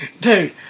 Dude